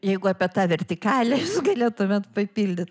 jeigu apie tą vertikalę jūs galėtumėt papildyt